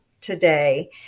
today